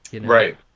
Right